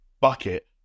bucket